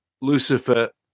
Lucifer